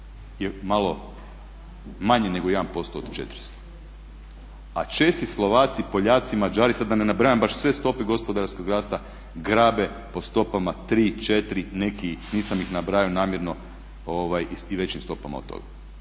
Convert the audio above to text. je malo manje nego 1% od 400. A Česi, Slovaci, Poljaci, Mađari sad da ne nabrajam baš sve stope gospodarskog rasta grabe po stopama tri, četiri, neki nisam ih nabrajao namjerno i većim stopama od toga.